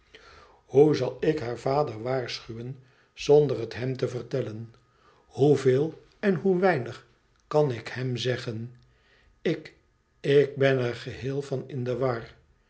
thoe zal ik haar vader waarschuwen zonder het hem te verteuen hoe veel en hoe weinig kan ik hem zeggen ik ik ben er geheel van in de war